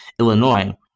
Illinois